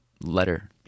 letter